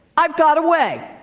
i've got a way.